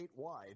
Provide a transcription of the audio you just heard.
statewide